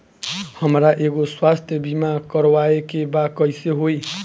हमरा एगो स्वास्थ्य बीमा करवाए के बा कइसे होई?